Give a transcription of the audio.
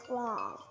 long